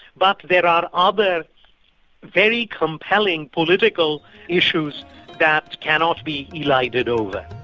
but there are other very compelling political issues that cannot be glided over.